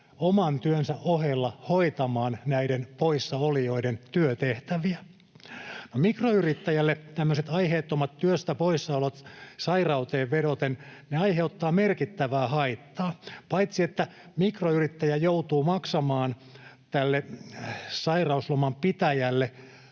oman työnsä ohella hoitamaan näiden poissaolijoiden työtehtäviä. Mikroyrittäjälle tämmöiset aiheettomat työstä poissaolot sairauteen vedoten aiheuttavat merkittävää haittaa. Paitsi että mikroyrittäjä joutuu maksamaan tälle sairausloman pitäjälle